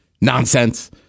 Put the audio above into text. nonsense